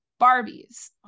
Barbies